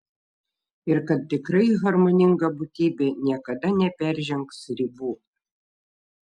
ir kad tikrai harmoninga būtybė niekada neperžengs ribų